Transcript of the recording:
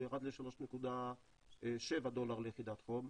הוא ירד ל-3.7 דולר ליחידת חום.